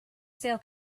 sale